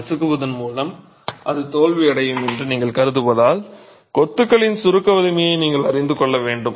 நசுக்குவதன் மூலம் அது தோல்வியடையும் என்று நீங்கள் கருதுவதால் கொத்துகளின் சுருக்க வலிமையை நீங்கள் அறிந்து கொள்ள வேண்டும்